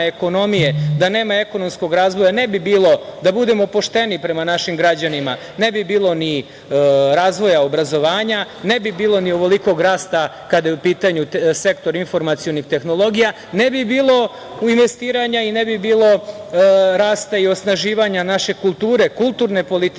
ekonomije, da nema ekonomskog razvoja, ne bi bilo, da budemo pošteni prema našim građanima, ne bi bilo ni razvoja obrazovanja, ne bi bilo ni ovolikog rasta kada je u pitanju sektor informacionih tehnologija, ne bi bilo investiranja i ne bi bilo rasta i osnaživanja naše kulture, kulturne politike,